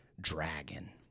dragon